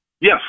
Yes